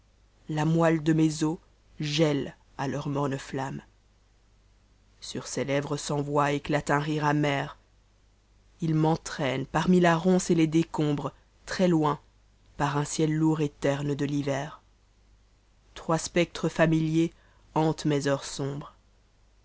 la moeme de mes os gèle leurs mornes bammes sur ces tevres sans vaix éclate un rire amer us m'entraînent parmi ta ronce et les décombres très loin par un ciel lourd et terne de t'mver trois spectres familiers hantent meshenres sombres